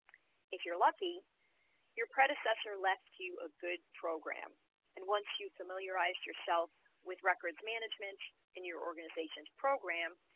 if you're lucky your predecessor left you a good program and once you familiarize yourself with records management in your organization's program.